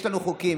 יש לנו חוקים.